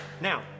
now